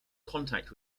contact